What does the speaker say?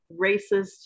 racist